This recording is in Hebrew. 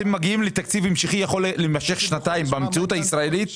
אתם מגיעים לתקציב המשכי שיכול להמשך שנתיים במציאות הישראלית,